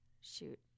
Shoot